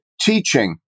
teaching